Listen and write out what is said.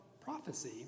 prophecy